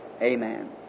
Amen